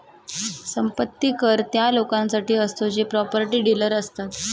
संपत्ती कर त्या लोकांसाठी असतो जे प्रॉपर्टी डीलर असतात